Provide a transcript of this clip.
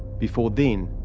before then,